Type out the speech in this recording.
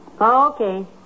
Okay